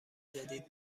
جدید